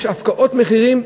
יש הפקעות מחירים,